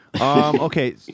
Okay